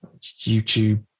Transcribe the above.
YouTube